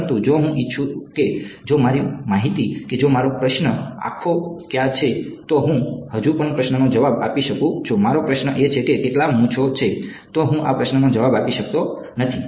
પરંતુ જો હું ઇચ્છું છું કે જો મારી માહિતી કે જો મારો પ્રશ્ન આંખો ક્યાં છે તો હું હજી પણ પ્રશ્નનો જવાબ આપી શકું છું જો મારો પ્રશ્ન એ છે કે કેટલા મૂંછો છે તો હું આ પ્રશ્નનો જવાબ આપી શકતો નથી